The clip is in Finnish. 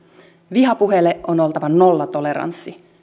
vihapuheelle on oltava nollatoleranssi